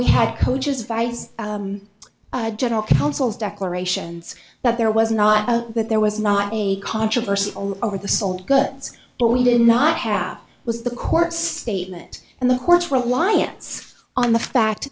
we had coaches vice general counsel's declarations that there was not that there was not a controversy over the sold goods but we did not have was the court's statement and the court's reliance on the fact